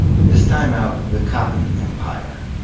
this time out, the cotton empire.